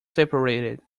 separated